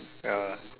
ya